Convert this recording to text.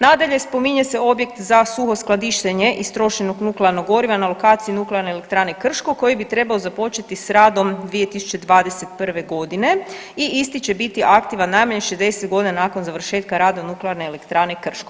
Nadalje, spominje se objekt za suho skladištenje istrošenog nuklearnog goriva na lokaciji Nuklearne elektrane Krško koji bi trebao započeti s radom 2021. godine i isti će biti aktivan najmanje 60 godina nakon završetka rada Nuklearne elektrane Krško.